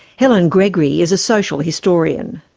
helen gregory is a social historian.